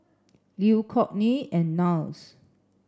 Lew Kortney and Niles